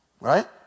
right